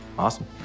Awesome